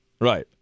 right